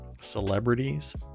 celebrities